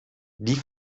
die